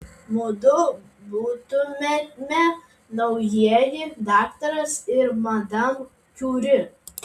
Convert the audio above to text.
mudu būtumėme naujieji daktaras ir madam kiuri